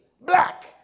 black